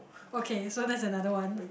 okay so that's another one